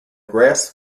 grass